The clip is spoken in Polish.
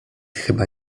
chyba